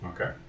okay